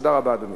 תודה רבה, אדוני.